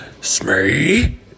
Smee